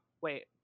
wait